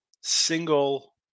single